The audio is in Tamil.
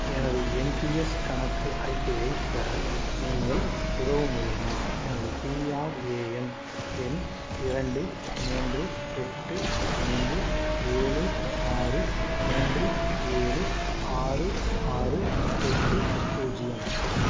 எனது என் பி எஸ் கணக்கு அறிக்கையைப் பெற நீங்கள் உதவ முடியுமா எனது பிஆர்ஏஎன் எண் இரண்டு மூன்று எட்டு ஐந்து ஏழு ஆறு மூன்று ஏழு ஆறு ஆறு எட்டு பூஜ்ஜியம்